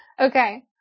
Okay